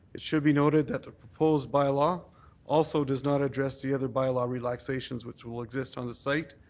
it should be noted that the proposed bylaw also does not address the other bylaw relaxations which will exist on the site,